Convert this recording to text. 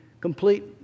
complete